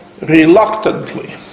reluctantly